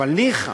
אבל ניחא,